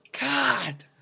God